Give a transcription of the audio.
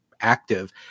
active